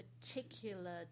particular